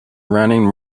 raining